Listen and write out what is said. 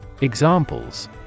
Examples